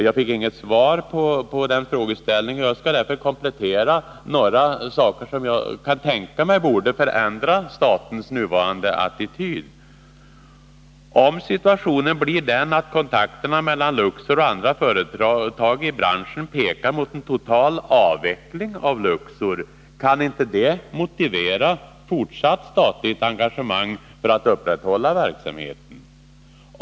Jag fick inget svar på den frågan, och jag skall därför komplettera med några saker som jag kan tänka mig borde förändra statens nuvarande attityd. Om situationen blir den att kontakterna mellan Luxor och andra företag i branschen pekar mot en total avveckling av Luxor, kan inte det motivera fortsatt statligt engagemang för att upprätthålla verksamheten?